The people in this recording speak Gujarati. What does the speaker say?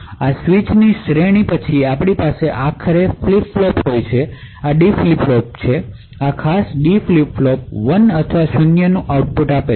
આવી સ્વીચ ની શ્રેણી પછી આપણી પાસે આખરે ફ્લિપ ફ્લોપ હોય છે આ D ફ્લિપ ફ્લોપ છે આ D ફ્લિપ ફ્લોપ 1 અથવા 0 નું આઉટપુટ આપે છે